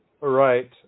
Right